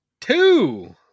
Two